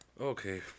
Okay